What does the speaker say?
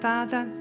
Father